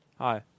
hi